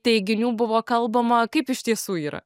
teiginių buvo kalbama kaip iš tiesų yra